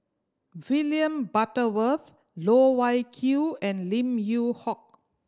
William Butterworth Loh Wai Kiew and Lim Yew Hock